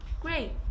Great